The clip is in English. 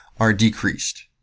are decreased.